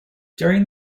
during